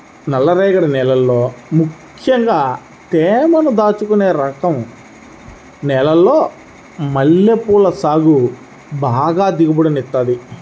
నల్లరేగడి నేలల్లో ముక్కెంగా తేమని దాచుకునే రకం నేలల్లో మల్లెపూల సాగు బాగా దిగుబడినిత్తది